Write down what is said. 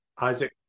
Isaac